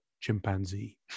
chimpanzee